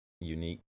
unique